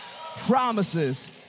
promises